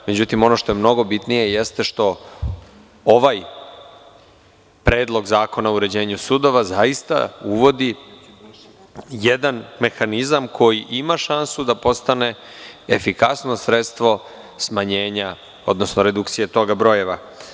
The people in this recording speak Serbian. Međutim, ono što je mnogo bitnije jeste što ovaj Predlog zakona o uređenju sudova zaista uvodi jedan mehanizam koji ima šansu da postane efikasno sredstvo smanjenja, odnosno redukcije tog broja.